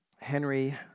Henry